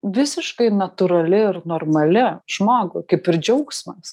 visiškai natūrali ir normali žmogui kaip ir džiaugsmas